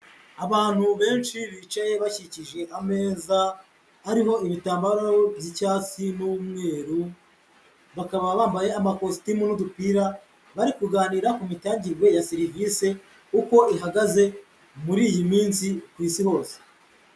Abantu benshi bicaye bakikije ameza, hariho ibitambaro by'icyatsi n'umweru, bakaba bambaye amakositimu n'udupira, bari kuganira ku mitangirwe ya serivisi uko ihagaze muri iyi minsi ku isi hose.